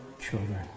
children